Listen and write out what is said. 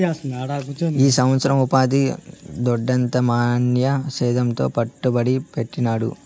ఈ సంవత్సరం ఉపాధి దొడ్డెంత మాయన్న సేద్యంలో పెట్టుబడి పెట్టినాడు